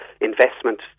investment